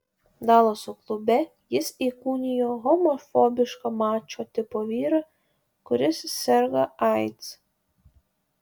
dalaso klube jis įkūnijo homofobišką mačo tipo vyrą kuris serga aids